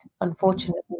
unfortunately